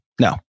No